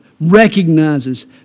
recognizes